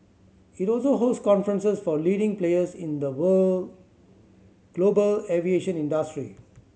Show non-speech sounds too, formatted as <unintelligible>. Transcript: it also host conferences for leading players in the <unintelligible> global aviation industry